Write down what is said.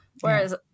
whereas